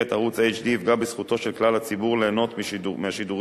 ערוץ HD יפגע בזכותו של כלל הציבור ליהנות מהשידורים,